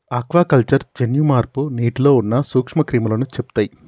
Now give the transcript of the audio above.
aquaculture జన్యు మార్పు నీటిలో ఉన్న నూక్ష్మ క్రిములని చెపుతయ్